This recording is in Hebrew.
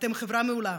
אתם חברה מעולה,